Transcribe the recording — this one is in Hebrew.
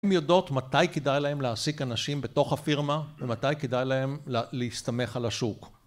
אם יודעות מתי כדאי להם להעסיק אנשים בתוך הפרמה ומתי כדאי להם להסתמך על השוק